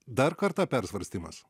dar kartą persvarstymas